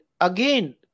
again